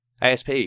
ASP